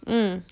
mm